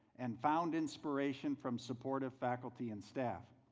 and found inspiration from supportive faculty and staff.